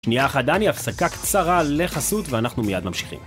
שנייה אחת, דני, הפסקה קצרה לחסות ואנחנו מיד ממשיכים.